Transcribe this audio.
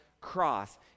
cross